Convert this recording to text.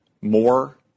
more